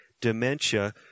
Dementia